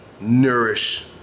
nourish